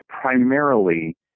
primarily